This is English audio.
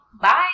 Bye